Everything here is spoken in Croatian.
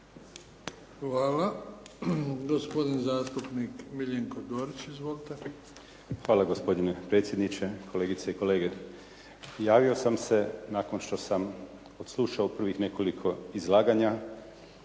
Hvala. Gospodin zastupnik Miljenko Dorić. Izvolite. **Dorić, Miljenko (HNS)** Hvala. Gospodine predsjedniče, kolegice i kolege. Javio sam se nakon što sam odslušao prvih nekoliko izlaganja